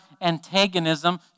antagonism